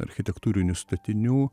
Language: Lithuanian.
architektūrinių statinių